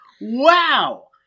Wow